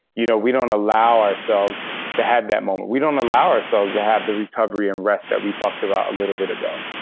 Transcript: you know we don't allow ourselves to have that moment. we don't allow ourselves to have the recovery and rest that we talked about a little bit ago.